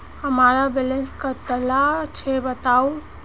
हमार बैलेंस कतला छेबताउ?